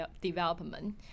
development